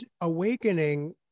awakening